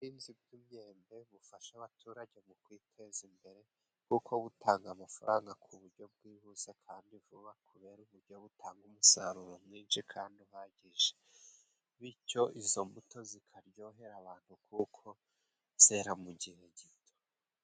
Ubucuruzi bw'imyembe bufasha abaturage mu kwiteza imbere. Kuko butanga amafaranga ku buryo bwihuse kandi vuba, kubera uburyo butanga umusaruro mwinshi kandi uhagije. Bityo izo mbuto zikaryohera abantu kuko zerara mu gihe gito.